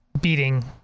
beating